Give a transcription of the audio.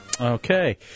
Okay